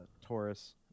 Taurus